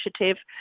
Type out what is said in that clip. initiative